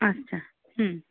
আচ্ছা হুম